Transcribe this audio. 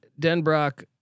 Denbrock